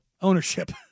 ownership